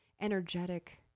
energetic